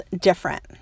different